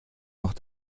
noch